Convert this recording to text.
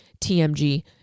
TMG